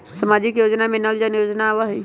सामाजिक योजना में नल जल योजना आवहई?